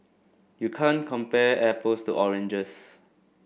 you can't compare apples to oranges